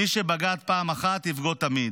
שמי שבגד פעם אחת, יבגוד תמיד.